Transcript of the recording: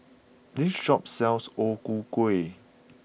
this shop sells O Ku Kueh